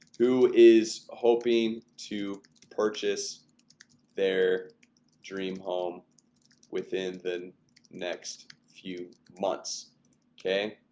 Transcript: who is hoping to purchase their dream home within the next few months okay,